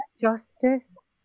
justice